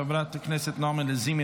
חברת הכנסת נעמה לזימי,